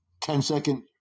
Ten-second